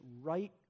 right